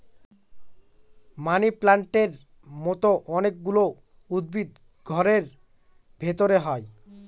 মানি প্লান্টের মতো অনেক গুলো উদ্ভিদ ঘরের ভেতরে হয়